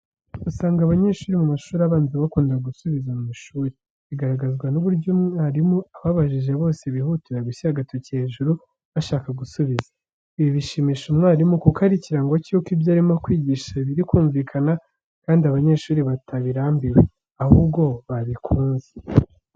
Usanga abanyeshuri mu mashuri abanza bakunda gusubiza mu ishuri, bigaragazwa n’uburyo mwarimu ababajije bose bihutira gushyira agatoki hejuru, bashaka gusubiza. Ibi bishimisha umwarimu, kuko ari ikirango cy’uko ibyo arimo kwigisha biri kumvikana, kandi abanyeshuri batabirambiwe, Ahubwo babikunze.